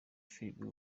filime